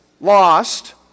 lost